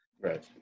Right